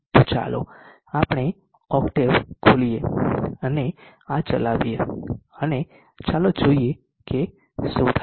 તો ચાલો આપણે ઓક્ટેવ ખોલીએ અને આ ચલાવીએ અને ચાલો જોઈએ કે શું થાય છે